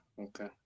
okay